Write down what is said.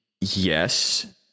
yes